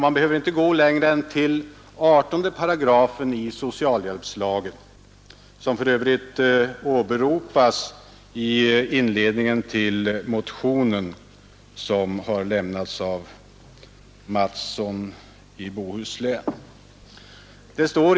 Man behöver inte gå längre än till 18§ i socialhjälpslagen, som för övrigt åberopas i inledningen till motionen av herrar Mattsson i Skee och Mattsson i Lane-Herrestad.